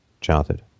childhood